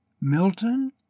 Milton